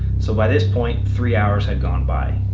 so by this point three hours had gone by,